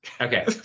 Okay